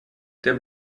der